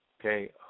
Okay